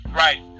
right